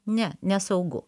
ne nesaugu